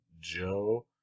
Joe